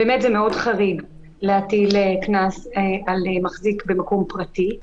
באמת זה חריג מאוד להטיל קנס על מחזיק במקום פרטי,